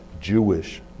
Jewish